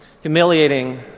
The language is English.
humiliating